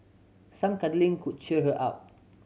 some cuddling could cheer her up